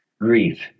grief